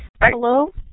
Hello